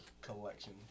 collection